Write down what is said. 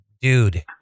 dude